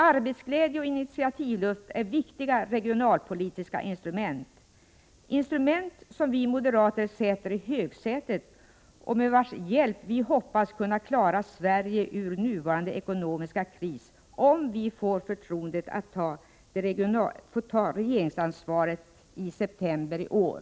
Arbetsglädje och initiativlust är viktiga regionalpolitiska instrument — instrument som vi moderater sätter i högsätet och med vars hjälp vi hoppas kunna klara Sverige ur nuvarande ekonomiska kris, om vi får förtroendet att ta regeringsansvaret i september i år.